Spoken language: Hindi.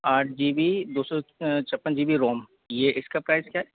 आठ जी बी दो सौ छप्पन जी बी रोम ये इसका प्राइस क्या है